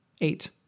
Eight